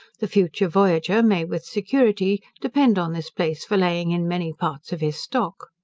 the future voyager may with security depend on this place for laying in many parts of his stock.